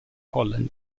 holland